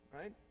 right